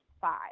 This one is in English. five